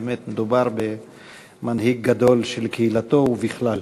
באמת מדובר במנהיג גדול של קהילתו ובכלל.